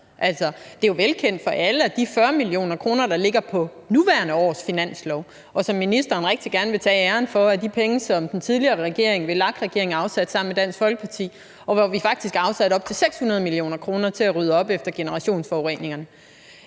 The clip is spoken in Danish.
Det er jo velkendt for alle, at de 40 mio. kr., der ligger på nuværende års finanslov, og som ministeren rigtig gerne vil tage æren for, er penge, som den tidligere regering, VLAK-regeringen, afsatte sammen med Dansk Folkeparti. Vi afsatte faktisk op til 600 mio. kr. til at rydde op efter generationsforureningerne.